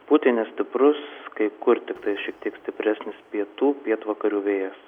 pūtė nestiprus kai kur tiktai šiek tiek stipresnis pietų pietvakarių vėjas